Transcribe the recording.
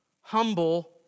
humble